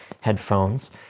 headphones